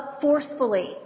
forcefully